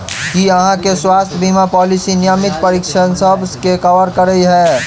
की अहाँ केँ स्वास्थ्य बीमा पॉलिसी नियमित परीक्षणसभ केँ कवर करे है?